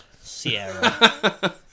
Sierra